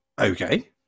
Okay